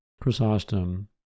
Chrysostom